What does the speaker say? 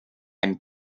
einen